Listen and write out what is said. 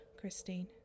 Christine